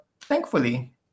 thankfully